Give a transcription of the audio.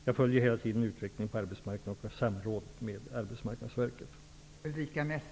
Jag följer hela tiden utvecklingen på arbetsmarknaden och har samråd med